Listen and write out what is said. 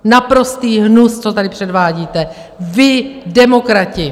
Naprostý hnus, co tady předvádíte, vy, demokrati!